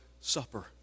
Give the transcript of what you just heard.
Supper